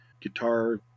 guitar